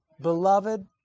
beloved